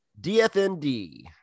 DFND